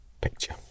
picture